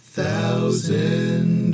Thousand